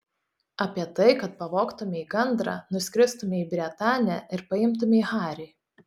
apie tai kad pavogtumei gandrą nuskristumei į bretanę ir paimtumei harį